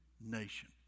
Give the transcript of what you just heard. nation